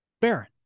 Baron